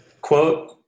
Quote